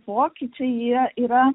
pokyčiai jie yra